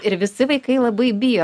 ir visi vaikai labai bijo